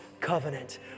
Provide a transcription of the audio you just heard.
covenant